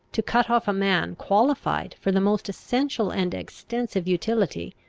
to cut off a man qualified for the most essential and extensive utility,